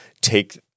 take